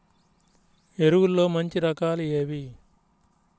ఎరువుల్లో మంచి రకాలు ఏవి?